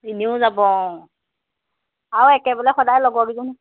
এনেও যাব অঁ আৰু একেবলে সদায় লগব দুজন